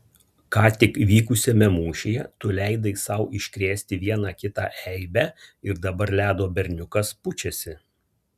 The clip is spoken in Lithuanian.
ką tik vykusiame mūšyje tu leidai sau iškrėsti vieną kitą eibę ir dabar ledo berniukas pučiasi